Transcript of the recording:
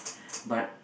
but